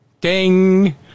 Ding